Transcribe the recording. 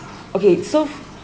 okay so